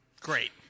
Great